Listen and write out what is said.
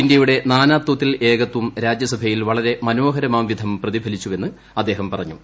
ഇന്ത്യയുടെ നാനാത്വത്തിൽ ഏകത്വം രാജ്യസഭയിൽ വളരെ മനോഹരമാം വിധം പ്രതിഫലിച്ചെന്ന് അദ്ദേഹം പറഞ്ഞു